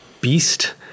Beast